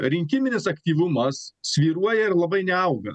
rinkiminis aktyvumas svyruoja ir labai neauga